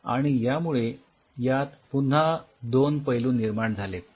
आणि यामुळे यात पुन्हा दोन पैलू निर्माण झालेत